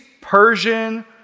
Persian